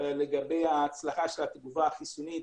לגבי ההצלחה של התגובה החיסונית.